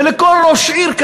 ולכל ראש עיר,